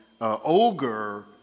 ogre